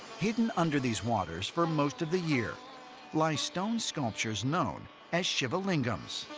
hidden under these waters for most of the year lie stone sculptures known as shiva lingams.